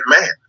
man